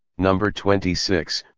number twenty six,